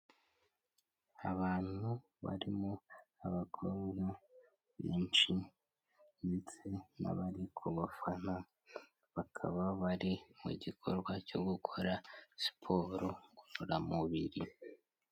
Abantu barimo abakobwa benshi ndetse n'abari kubafana, bakaba bari mu gikorwa cyo gukora siporo ngororamubiri.